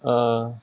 uh